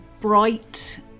bright